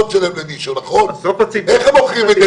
כמובן שניתן,